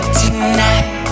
tonight